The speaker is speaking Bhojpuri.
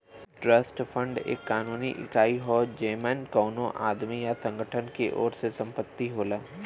ट्रस्ट फंड एक कानूनी इकाई हौ जेमन कउनो आदमी या संगठन के ओर से संपत्ति होला